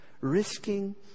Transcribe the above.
risking